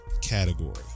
category